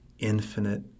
infinite